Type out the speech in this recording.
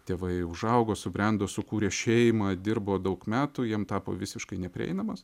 tėvai užaugo subrendo sukūrė šeimą dirbo daug metų jam tapo visiškai neprieinamas